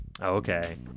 Okay